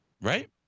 Right